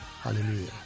hallelujah